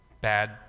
bad